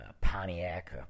Pontiac